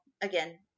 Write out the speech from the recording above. again